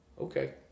Okay